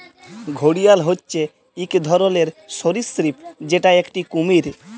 ঘড়িয়াল হচ্যে এক ধরলর সরীসৃপ যেটা একটি কুমির